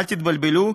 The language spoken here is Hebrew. אל תתבלבלו,